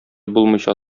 булмыйча